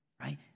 right